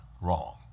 wrong